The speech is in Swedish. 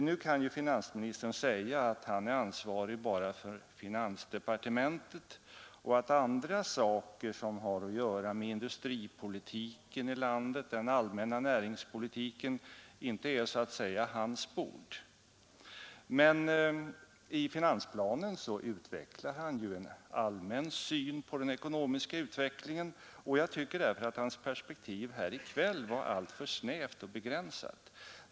Nu kan ju finansministern säga att han är ansvarig bara för finansdepartementet och att andra saker, som har att göra med industripolitiken och den allmänna näringspolitiken, inte är så att säga hans bord. Men i finansplanen utvecklar han en allmän syn på den ekonomiska utvecklingen, och jag tycker därför att hans perspektiv här i kväll var alltför snävt och begränsat.